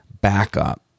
backup